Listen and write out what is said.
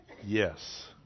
yes